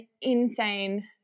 insane